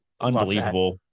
unbelievable